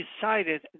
decided